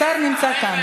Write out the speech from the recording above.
השר נמצא כאן.